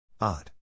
Odd